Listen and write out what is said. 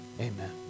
Amen